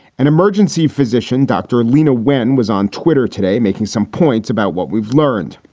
an emergency physician, dr. leana wen, was on twitter today making some points about what we've learned.